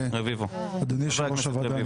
אדוני יושב-ראש הוועדה,